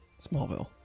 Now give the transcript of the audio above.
Smallville